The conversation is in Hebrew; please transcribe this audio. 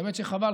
האמת שחבל,